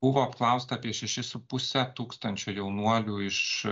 buvo apklausta apie šešis su puse tūkstančio jaunuolių iš